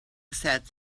said